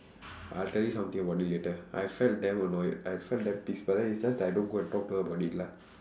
I'll tell you something about it later I felt damn annoyed I felt damn pissed but then it's just that I don't go and talk to her about it lah